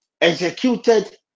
executed